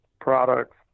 products